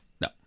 No